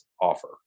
offer